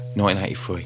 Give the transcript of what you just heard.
1983